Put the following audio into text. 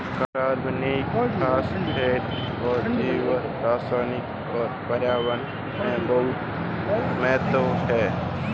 कार्बनिक फास्फेटों का जैवरसायन और पर्यावरण में बहुत महत्व है